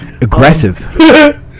Aggressive